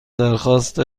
درخواست